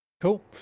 cool